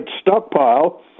stockpile